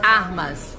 armas